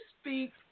speak